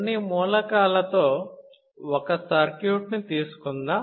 కొన్ని మూలకాలతో ఒక సర్క్యూట్ ని తీసుకుందాం